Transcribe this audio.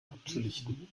abzulichten